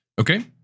Okay